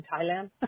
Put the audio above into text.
Thailand